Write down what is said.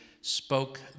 spoke